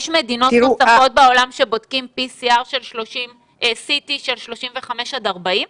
יש מדינות נוספות בעולם שבודקים בהן CT של 35 עד 40?